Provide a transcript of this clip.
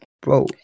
bro